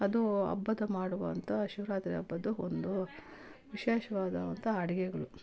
ಅದೂ ಹಬ್ಬದ ಮಾಡುವಂಥ ಶಿವರಾತ್ರಿ ಹಬ್ಬದು ಒಂದು ವಿಶೇಷವಾದಂಥ ಅಡ್ಗೆಗಳು